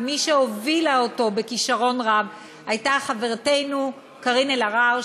ומי שהובילה אותו בכישרון רב הייתה חברתנו קארין אלהרר,